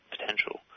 potential